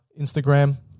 Instagram